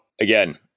again-